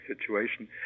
situation